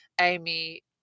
Amy